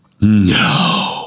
No